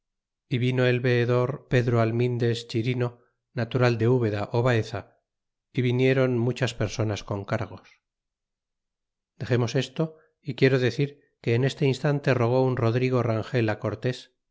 vino el veedor pedro almindes chirino natural de ubeda ó baeza y vinieron muchas personas con cargos dexenaos esto y quiero decir que en este instante rogó un rodrigo rangel fi cortés